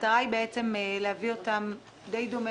המטרה היא בעצם להביא אותם די דומה